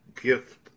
gift